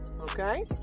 Okay